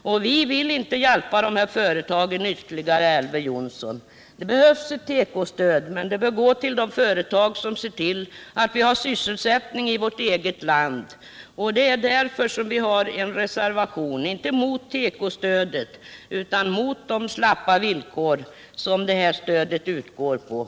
Men vi vill inte hjälpa dessa företag ytterligare, Elver Jonsson! Det behövs ett tekostöd, men det bör gå till de företag som ser till att vi har sysselsättning i vårt eget land. Det är därför vi har avgivit vår reservation. Vi reserverar oss inte mot tekostödet som sådant, utan mot de slappa villkor som gäller för detta stöd.